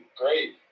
great